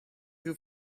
who